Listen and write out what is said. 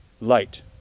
light